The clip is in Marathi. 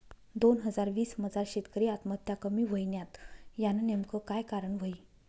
दोन हजार वीस मजार शेतकरी आत्महत्या कमी व्हयन्यात, यानं नेमकं काय कारण व्हयी?